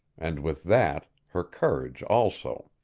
and with that, her courage also.